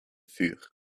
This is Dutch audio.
vuur